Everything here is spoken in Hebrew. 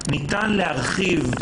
ניתן להרחיב,